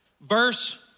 verse